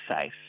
safe